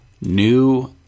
new